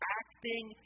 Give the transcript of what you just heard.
acting